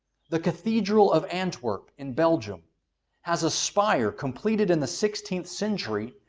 the cathedral of antwerp in belgium has a spire completed in the sixteenth century,